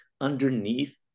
underneath